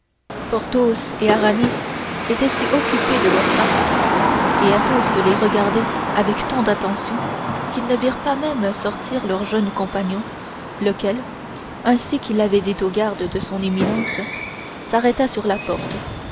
réprimer porthos et aramis étaient si occupés de leur partie et athos les regardait avec tant d'attention qu'ils ne virent pas même sortir leur jeune compagnon lequel ainsi qu'il l'avait dit au garde de son éminence s'arrêta sur la porte